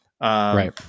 right